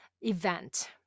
event